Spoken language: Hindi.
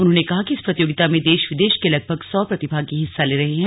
उन्होंने कहा कि इस प्रतियोगिता में देश विदेश के लगभग सौ प्रतिभागी हिस्सा ले रहे हैं